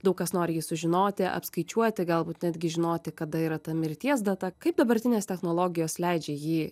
daug kas nori jį sužinoti apskaičiuoti galbūt netgi žinoti kada yra ta mirties data kaip dabartinės technologijos leidžia jį